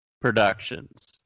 Productions